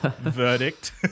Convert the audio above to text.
verdict